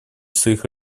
своих